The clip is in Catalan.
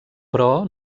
però